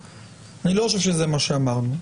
אני לא חושב שזה מה שאמרנו.